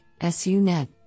SUNet